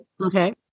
Okay